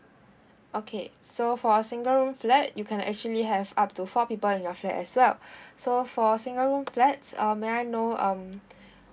okay so for a single room flat you can actually have up to four people in your flat as well so for single room flat um may I know um